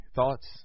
Thoughts